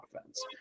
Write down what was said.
offense